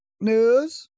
News